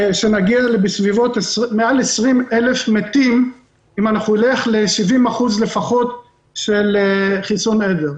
שנגיע ליותר מ-20,000 מתים אם אנחנו נלך ל-70% לפחות של חיסון עדר.